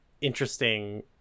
interesting